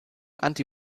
anti